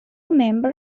member